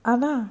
அதா:atha